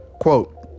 Quote